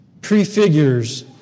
prefigures